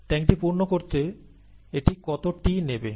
ট্যাংকটি পূর্ণ করতে এটি কত t নেবে